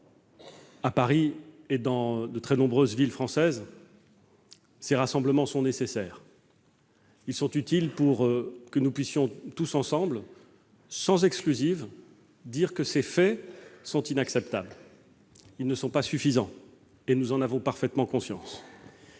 à Paris et dans de très nombreuses villes françaises. Ces rassemblements sont nécessaires ; ils sont utiles pour que nous puissions tous ensemble, sans exclusive, dire que ces faits sont inacceptables. Mais ils ne sont pas suffisants, et nous en avons parfaitement conscience.